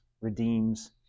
redeems